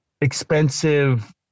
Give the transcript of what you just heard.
expensive